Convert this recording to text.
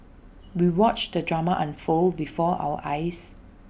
we watched the drama unfold before our eyes